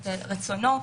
את רצונו,